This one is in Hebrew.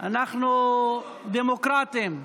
אנחנו דמוקרטים.